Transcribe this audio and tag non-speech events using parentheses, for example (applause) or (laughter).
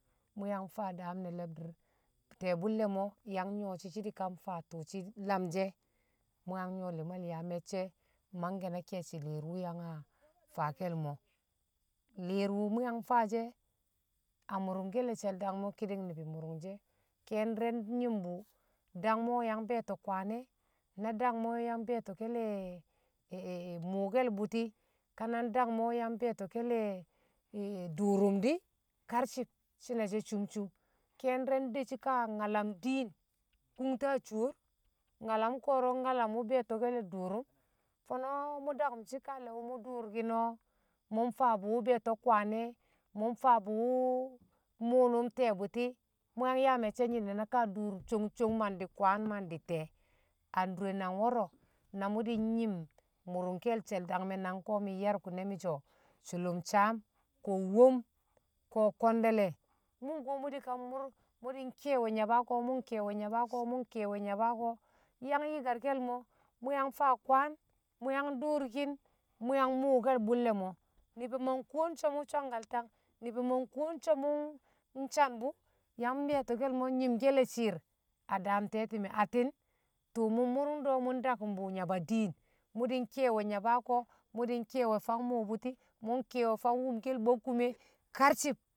Mṵ yang faa daam ne̱ le̱bdi̱r ti̱ye̱ bṵlle̱ mo̱ yang nyṵwo̱shi̱ shi̱ di̱kan faa tṵṵ shi̱ lamshe̱ mṵ yang nyṵwo̱ lo̱mal yaa me̱cce̱ mangke̱ na ke̱e̱shi̱ li̱r wu yang (noise) a faake̱l mi̱, li̱r wṵ mṵ yang faashi̱e̱ a mṵrṵn ke̱l she̱l dakme̱ ki̱di̱ng ni̱bo̱ mṵrṵnshe̱ ke̱e̱n di̱re̱ nyi̱mbṵ dangme̱ yang be̱e̱to̱ kwaan na dangme̱ yang be̱e̱to̱ke̱ le̱ (hesitation) mṵṵke̱l bṵti̱ ka ndangme̱ yang be̱e̱kto̱ke̱le̱ dṵṵrṵn di̱ karshi̱f shi̱ne she̱ cum- cum ke̱e̱n di̱re̱ ndeshi kaa nyalam diin kun ta cuwor nyalan ko̱ro̱ nyalan wṵ be̱e̱to̱ke̱ le̱ dṵṵrṵm fo̱no̱ mṵ dakṵm kaale̱ mṵ mṵ dṵṵrki̱n mṵ mfaabṵ wṵ be̱e̱to̱ kwaan e̱, mṵ mfaaba mṵ mṵṵnṵm ti̱ye̱ bṵti̱ mṵ yang yaa me̱cce̱ nyi̱ne̱ na kaa dṵrṵm cung cung mandi̱ kwaan mandi̱ te̱e̱ adure nang wo̱re na mṵ di̱ nyi̱m mṵrṵnke̱l she̱l dangme̱ nang ko̱ mi̱ nye̱r kṵne̱ mi̱yo̱ sulṵn saam ko̱ wom ko̱ kwe̱nde̱le̱ mṵ kuwo mṵ di̱kam mṵr mṵ nki̱ye̱we̱ yaba ko̱, mṵ ki̱ye̱we̱ nyaba ko̱ yang yi̱karke̱l mo̱ mṵ yang faa kwaan. mu ang dṵṵrki̱n, mṵ yang mṵṵke̱l bṵlle̱ mo̱ ni̱bi̱ ma nkuwon so mṵ swang kaltang, ni̱bi̱ ma nkuwon so̱ mṵ swang kaltang. ni̱bi̱ ma nkuwon si̱ mṵ ngan bṵ yang mbi̱to̱ke̱l nyi̱mke̱le̱ shi̱i̱r a daam te̱ti̱me̱ attin tṵṵ mṵ mmṵrṵnde̱ mṵ mṵ ndakṵm bṵ nyaba diin. mṵ di̱ nki̱ye̱we̱ nyaba ko̱ mṵ di̱ ki̱ye̱we̱ fang mṵṵ bṵti̱ mṵ di̱ ki̱ye̱ we̱ fang mumkel bokkume karcif